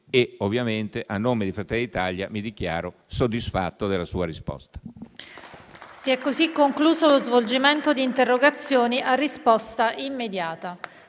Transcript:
e, ovviamente, a nome di Fratelli d'Italia, mi dichiaro soddisfatto della sua risposta.